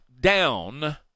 down